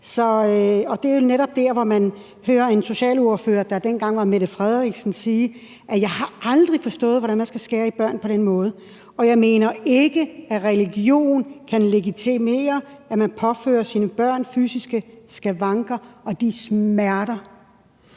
det er netop der, hvor man hører en socialordfører, der dengang var Mette Frederiksen, sige: »Jeg har aldrig forstået, hvorfor man skal skære i børn på den måde. Jeg mener ikke, at religion kan legitimere, at man påfører sine børn fysiske skavanker og de smerter,